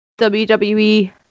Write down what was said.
WWE